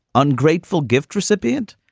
ungrateful gift recipient,